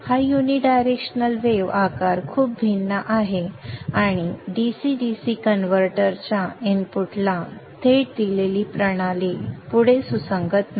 हा unidirectional wave आकार खूप भिन्न आहे आणि DC DC कन्व्हर्टर च्या इनपुटला थेट दिलेली प्रणाली पुढे सुसंगत नाही